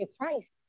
Christ